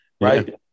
right